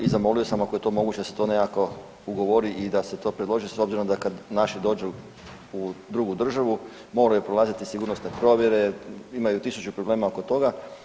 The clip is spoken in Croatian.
I zamolimo sam ako je to moguće da se to nekako ugovori i da se to predloži s obzirom da kad naši dođu u drugu državu moraju prolaziti sigurnosne provjere, imaju tisuću problema oko toga.